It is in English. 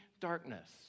darkness